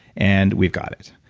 and we've got it.